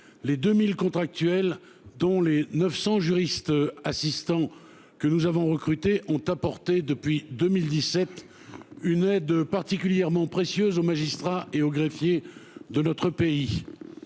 les 2000 contractuels dont les 900 juristes assistants que nous avons recruté ont apporté depuis 2017 une aide particulièrement précieux aux magistrats et aux greffiers de notre pays.